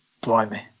Blimey